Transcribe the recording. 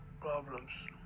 problems